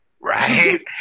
right